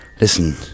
Listen